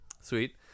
Sweet